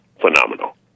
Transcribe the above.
Phenomenal